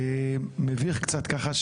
מביך קצת ככה,